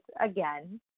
again